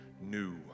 new